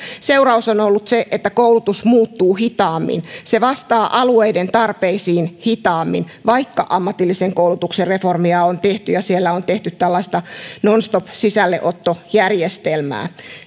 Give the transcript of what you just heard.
seuraus on ollut se että koulutus muuttuu hitaammin se vastaa alueiden tarpeisiin hitaammin vaikka ammatillisen koulutuksen reformia on tehty ja siellä on tehty tällaista nonstop sisälleottojärjestelmää